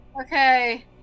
Okay